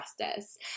justice